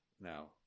now